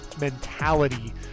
mentality